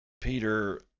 Peter